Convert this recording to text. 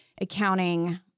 accounting